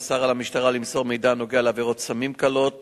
נאסר על המשטרה למסור מידע הנוגע בעבירות סמים קלות